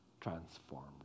transformed